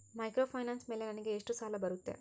Microfinance ಮೇಲೆ ನನಗೆ ಎಷ್ಟು ಸಾಲ ಬರುತ್ತೆ?